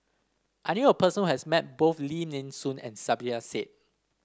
I knew a person who has met both Lim Nee Soon and Saiedah Said